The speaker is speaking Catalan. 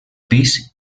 pis